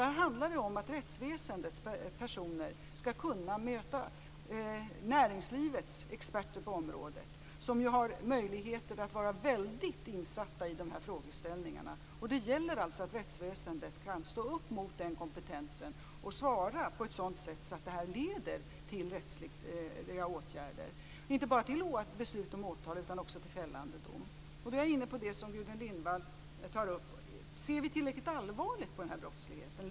Det handlar om att rättsväsendets personer skall kunna möta näringslivets experter på området, som ju har möjligheter att vara väldigt insatta i dessa frågeställningar. Det gäller alltså att rättsväsendet kan stå upp mot den kompetensen och svara på ett sådant sätt att det leder till rättsliga åtgärder, dvs. inte bara till beslut om åtal utan också till fällande dom. Då är jag inne på det som Gudrun Lindvall tar upp, nämligen om vi ser tillräckligt allvarligt på den här brottsligheten.